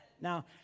Now